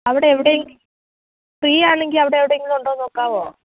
അവിടെ എവിടേയും ഫ്രീ ആണെങ്കിൽ അവിടെ എവിടെയെങ്കിലും ഉണ്ടോ എന്ന് നോക്കാമോ